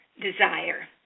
desire